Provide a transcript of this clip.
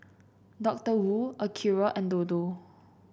Doctor Wu Acura and Dodo